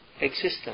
existence